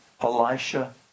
Elisha